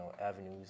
avenues